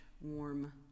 warm